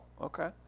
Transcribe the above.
okay